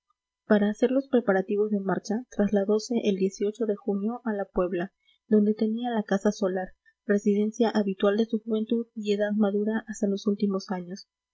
para hacer los preparativos de marcha trasladose el de junio a la puebla donde tenía la casa solar residencia habitual de su juventud y edad madura hasta los últimos años